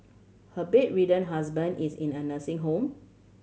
her bedridden husband is in a nursing home